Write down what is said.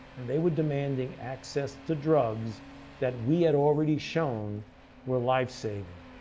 and they were demanding access to drugs that we had already shown were lifesaving.